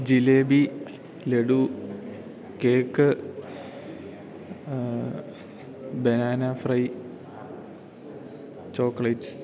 jalebi laddu cake banana fry chocolates